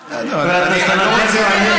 אולי גם זה נותן תשובה?